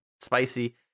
spicy